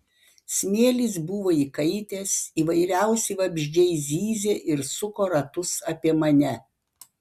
smėlis buvo įkaitęs įvairiausi vabzdžiai zyzė ir suko ratus apie mane